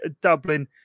Dublin